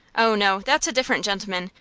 oh, no that's a different gentleman.